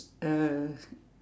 uh